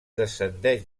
descendeix